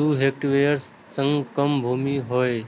दू हेक्टेयर सं कम भूमि होय